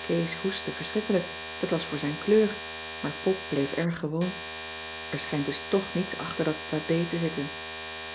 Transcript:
kees hoestte verschrikkelijk dat was voor zijn kleur maar pop bleef erg gewoon er schijnt dus toch niets achter dat tabeh te zitten